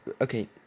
Okay